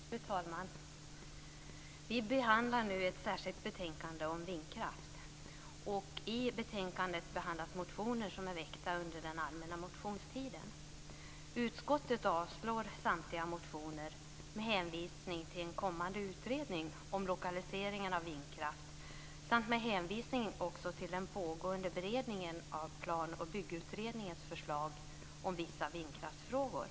Fru talman! Vi behandlar nu ett särskilt betänkande om vindkraft. I betänkandet behandlas motioner som väckts under den allmänna motionstiden. Utskottet avstyrker samtliga motioner med hänvisning till en kommande utredning om lokaliseringen av vindkraft samt till pågående beredning av Plan och byggutredningens förslag om vissa vindkraftsfrågor.